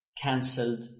cancelled